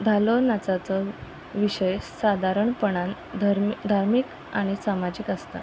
धालो नाचाचो विशय सादारणपणान धर्म धार्मीक आनी सामाजीक आसता